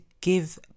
give